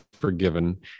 forgiven